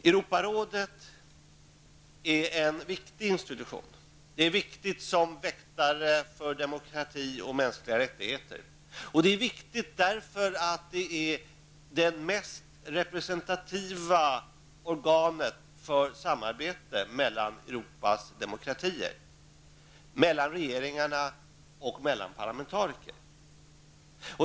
Europarådet är en viktig institution. Europarådet är viktigt som väktare för demokrati och mänskliga rättigheter, och det är viktigt därför att det är det mest representativa organet för samarbete mellan Europas demokratier, mellan regeringarna och mellan parlamentariker.